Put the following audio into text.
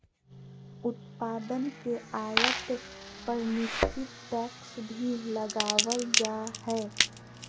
उत्पाद के आयात पर निश्चित टैक्स भी लगावल जा हय